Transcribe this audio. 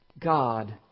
God